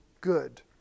good